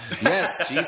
Yes